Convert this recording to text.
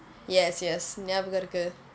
yes yes never ஞாபகம் இருக்கு:nyabakam irukku